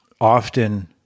often